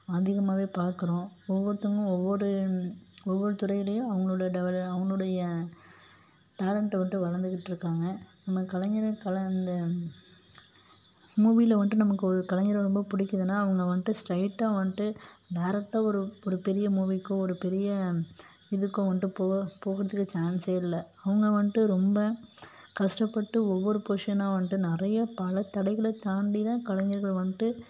அதிகமாகவே பார்க்குறோம் ஒவ்வொருத்தங்க ஒவ்வொரு ஒவ்வொரு துறையிலேயும் அவங்களோட அவனுடைய டேலண்ட்ட மட்டும் வளத்துக்கிட்ருக்காங்க நம்ம கலைஞர்களுக்கான அந்த மூவியில் வந்துட்டு நமக்கு ஒரு கலைஞரை ரொம்ப பிடிக்கிதுன்னா அவங்க வந்துட்டு ஸ்டைட்டா வந்துட்டு டைரெக்டா ஒரு ஒரு பெரிய மூவிக்கோ ஒரு பெரிய இதுக்கோ வந்துட்டு போகிற போகிறதுக்கு சான்ஸே இல்லை அவங்க வந்துட்டு ரொம்ப கஷ்டப்பட்டு ஒவ்வொரு பொஸிஷனாக வந்துட்டு நிறைய பல தடைகளை தாண்டி தான் கலைஞர்கள் வந்துட்டு